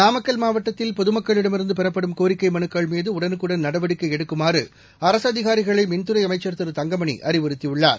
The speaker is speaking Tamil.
நாமக்கல் மாவட்டத்தில் பொது மக்களிடமிருந்து பெறப்படும் கோரிக்கை மலுக்கள் மீது உடனுக்குடன் நடவடிக்கை எடுக்குமாறு அரசு அதிகாரிகளை மின்துறை அமைச்சர் திரு தங்கமணி அறிவுறுத்தியுள்ளார்